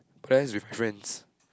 plans with friends